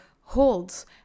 holds